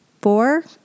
four